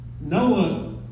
Noah